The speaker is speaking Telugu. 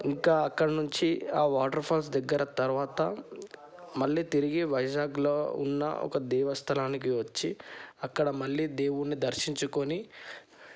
ఇంకా అక్కడ నుంచి ఆ వాటర్ఫాల్స్ దగ్గర తర్వాత మళ్ళీ తిరిగి వైజాగ్లో ఉన్న ఒక దేవస్థానానికి వచ్చి అక్కడ మళ్ళీ దేవుడిని దర్శించుకొని